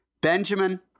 Benjamin